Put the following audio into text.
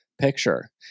picture